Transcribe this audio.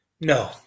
No